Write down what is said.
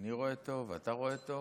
אתה מכיר את זה,